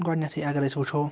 گۄڈٕنٮ۪تھٕے اَگرأسۍ وٕچھو